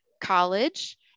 College